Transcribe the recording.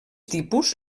tipus